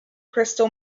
crystal